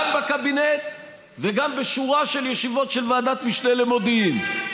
גם בקבינט וגם בשורה של ישיבות של ועדת משנה למודיעין.